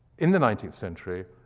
in the nineteenth century,